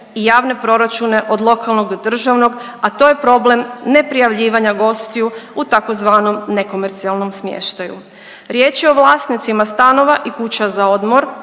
i javne proračune, od lokalnog, državnog, a to je problem neprijavljivanja gostiju u tzv. nekomercijalnom smještaju. Riječ je o vlasnicima stanova i kuća za odmor,